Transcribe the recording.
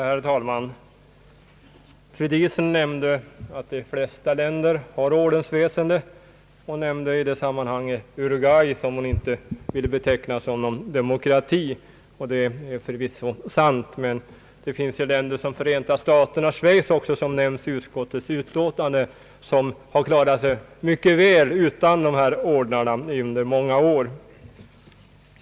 Herr talman! Fru Diesen sade att de flesta länder har ordensväsende. Som undantag nämnde hon i det sammanhanget Uruguay, vilket land hon inte ville beteckna som en demokrati. Det kan ju vara sant, men vi har även Förenta staterna och Schweiz, som också nämns i utskottets utlåtande och som klarat sig mycket väl utan ordnar i många år.